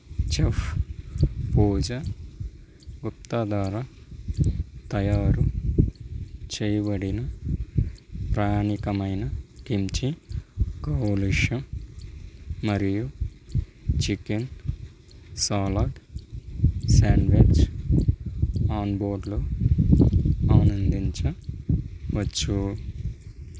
chef Pooja Gupta ద్వారా తయారు చేయబడిన ప్రామాణికమైన కిమ్చీ గౌలాష్ మరియు చికెన్ సాలాడ్ శాండ్విచ్ ఆన్బోర్డ్లో ఆనందించవచ్చు